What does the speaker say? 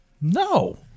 No